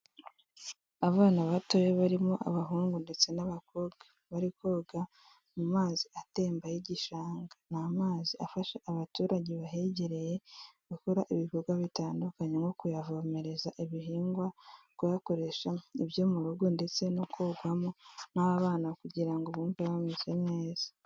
Abana batoya barimo abahungu ndetse n'abakobwa, bari koga mu mazi atemba y'igishanga. Ni amazi afasha abaturage bahegereye, gukora ibikorwa bitandukanye; nko kuyavomereza ibihingwa, kuyakoresha ibyo mu rugo, ndetse no kogwamo n'abana, kugira ngo bumve bameze neza.